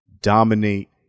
dominate